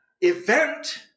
event